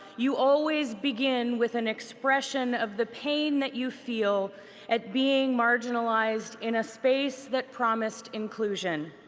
you always begin with an expression of the pain that you feel at being marginalized in a space that promised inclusion.